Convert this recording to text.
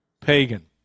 pagan